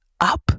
up